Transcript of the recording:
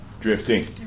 drifting